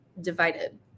divided